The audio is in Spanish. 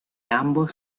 ambos